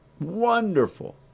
Wonderful